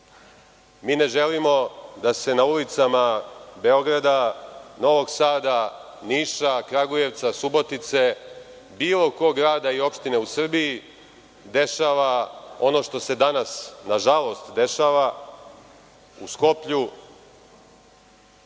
Mi ne želimo da se na ulicama Beograda, Novog Sada, Niša, Kragujevca, Subotice, bilo kog grada i opštine u Srbiji, dešava ono što se danas, na žalost, dešava u Skoplju,